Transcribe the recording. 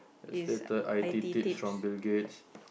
is stated i_t tips bill-gates